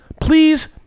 please